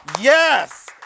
Yes